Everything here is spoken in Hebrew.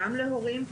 גם להורים.